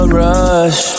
rush